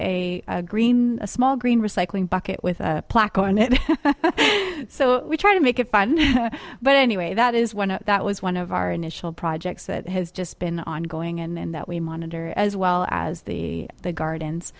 a green a small green recycling bucket with a plaque on it so we try to make it fun but anyway that is one that was one of our initial projects that has just been ongoing and that we monitor as well as the gardens